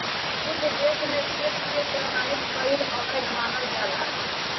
कुछ देस में चेक के प्रमाणित कईल अवैध मानल जाला